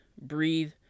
breathe